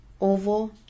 oval